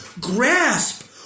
Grasp